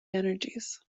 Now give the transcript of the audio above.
energies